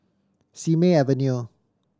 Simei Avenue